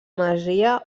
masia